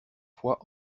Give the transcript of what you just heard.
fois